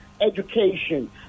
education